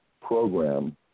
program